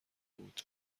بود